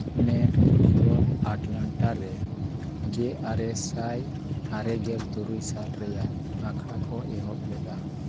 net volleyball Atlanta ᱨᱮ ᱜᱮ ᱟᱨᱮ ᱥᱟᱭ ᱟᱨᱮ ᱜᱮᱞ ᱛᱩᱨᱩᱭ ᱥᱟᱞ ᱨᱮᱭᱟᱜ ᱟᱠᱷᱲᱟ ᱠᱚ ᱮᱦᱚᱵ ᱞᱮᱫᱟ